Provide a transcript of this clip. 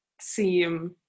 seem